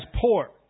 poor